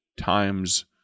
times